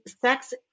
sex